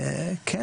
שום סליחה,